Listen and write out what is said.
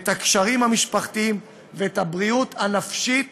את הקשרים המשפחתיים ואת הבריאות הנפשית